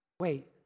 Wait